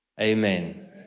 Amen